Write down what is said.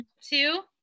Two